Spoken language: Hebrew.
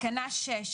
תקנה 6,